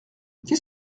qu’est